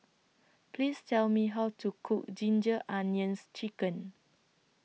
Please Tell Me How to Cook Ginger Onions Chicken